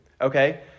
okay